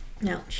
No